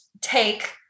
take